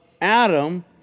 Adam